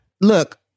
Look